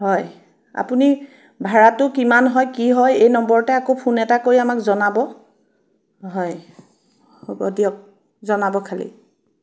হয় আপুনি ভাড়াটো কিমান হয় কি হয় এই নম্বৰতে আকৌ ফোন এটা কৰি আমাক জনাব হয় হ'ব দিয়ক জনাব খালি